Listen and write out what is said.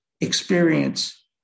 experience